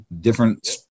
different